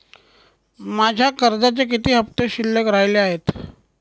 माझ्या कर्जाचे किती हफ्ते शिल्लक राहिले आहेत?